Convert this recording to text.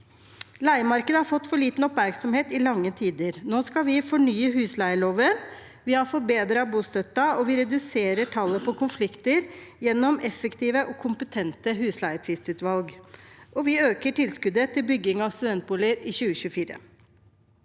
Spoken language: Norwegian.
Leiemarkedet har fått for liten oppmerksomhet i lange tider. Nå skal vi fornye husleieloven, vi har forbedret bostøtten, og vi reduserer tallet på konflikter gjennom effektive og kompetente husleietvistutvalg. Vi øker også tilskuddet til bygging av studentboliger i 2024,